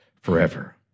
forever